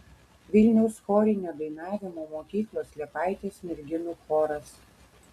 vilniaus chorinio dainavimo mokyklos liepaitės merginų choras